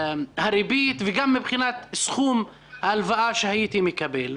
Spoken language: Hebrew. ריבית וסכום הלוואה יותר טובים ממה שהייתי מקבל.